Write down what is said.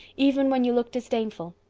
even when you look disdainful.